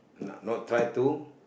not not try to